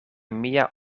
mia